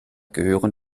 gehören